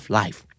life